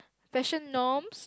fashion norms